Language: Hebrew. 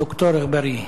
ד"ר אגבאריה.